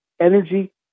energy